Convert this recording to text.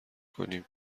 کنیم